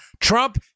Trump